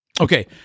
Okay